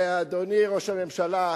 ואדוני ראש הממשלה,